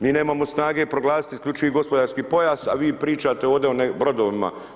Mi nemamo snage proglasiti isključivi gospodarski pojas a vi pričate ovdje o brodovima.